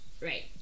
Right